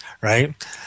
right